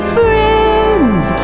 friends